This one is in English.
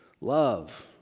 love